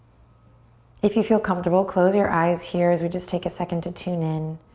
if you feel comfortable, close your eyes here as we just take a second to tune in.